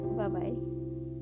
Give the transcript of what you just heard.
bye-bye